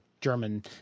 German